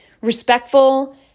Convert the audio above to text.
respectful